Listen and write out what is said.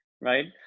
right